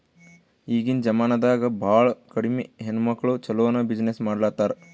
ಈಗಿನ್ ಜಮಾನಾದಾಗ್ ಭಾಳ ಕಡಿ ಹೆಣ್ಮಕ್ಕುಳ್ ಛಲೋನೆ ಬಿಸಿನ್ನೆಸ್ ಮಾಡ್ಲಾತಾರ್